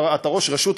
אתה ראש רשות,